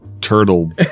turtle